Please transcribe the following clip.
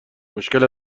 مشکل